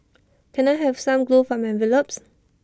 can I have some glue for my envelopes